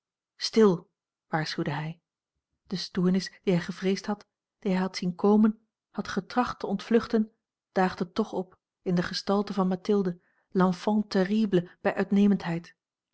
stil waarschuwde hij de stoornis die hij gevreesd had die hij had zien komen had getracht te ontvluchten daagde toch op in de gestalte van mathilde l'enfant terrible bij